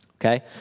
Okay